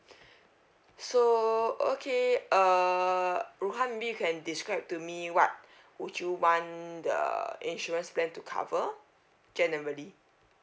so okay err rohan maybe you can describe to me what would you want the insurance plan to cover generally